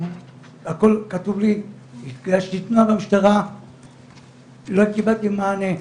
הגשתי תלונה במשטרה ולא קיבלתי מענה.